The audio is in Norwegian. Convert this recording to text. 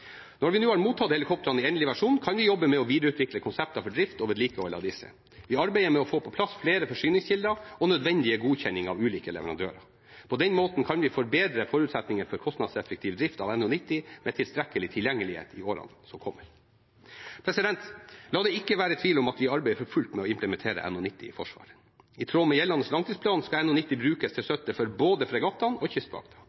Når vi nå har mottatt helikoptrene i endelig versjon, kan vi jobbe med å videreutvikle konsepter for drift og vedlikehold av disse. Vi arbeider med å få på plass flere forsyningskilder og nødvendige godkjenninger av ulike leverandører. På den måten kan vi forbedre forutsetningene for en kostnadseffektiv drift av NH90 med tilstrekkelig tilgjengelighet i årene som kommer. La det ikke være tvil om at vi arbeider for fullt med å implementere NH90 i Forsvaret. I tråd med gjeldende langtidsplan skal NH90 brukes til